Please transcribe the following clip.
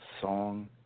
song